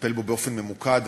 לטפל בו באופן ממוקד.